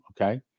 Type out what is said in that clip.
Okay